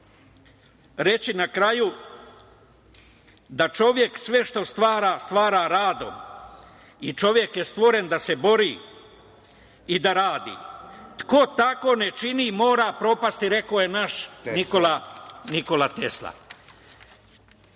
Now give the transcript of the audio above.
reći na kraju da čovek sve što stvara, stvara radom i čovek je stvoren da se bori i da radi. Ko tako ne čini, mora propasti, rekao je naš Nikola Tesla. Mi